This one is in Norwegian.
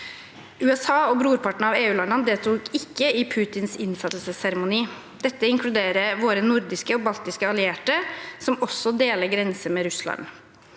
USA og brorparten av EU-landene deltok ikke i Putins innsettelseseremoni. Dette inkluderte våre nordiske og baltiske allierte, som også deler grense med Russland.